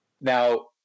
Now